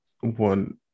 one